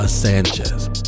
Sanchez